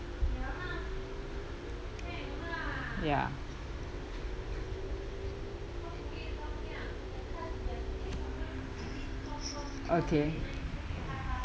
ya okay